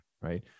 right